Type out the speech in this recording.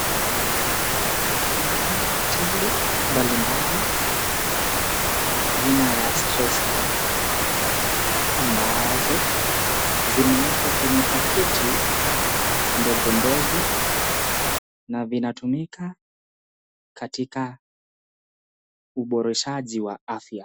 Naona tembe mbalimbali aina ya stress care ambazo zimewekwa kwenye paketi ndogo ndogo na vinatumika katika uboreshaji wa afya.